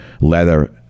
leather